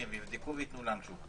והם יבדקו וייתנו לנו תשובה.